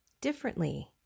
differently